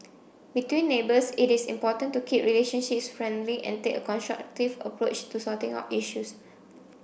between neighbours it is important to keep relationships friendly and take a constructive approach to sorting out issues